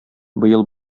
быел